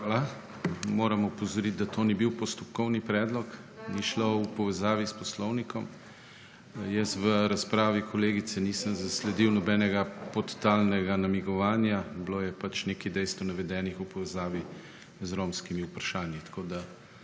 Hvala. Moram opozoriti, da to ni bil postopkovni predlog. Ni šlo v povezavi s Poslovnikom. Jaz v razpravi kolegice nisem zasledil nobenega podtalnega namigovanja. Bilo je pač nekaj dejstev navedenih v povezavi z romskimi vprašanji. Tako da,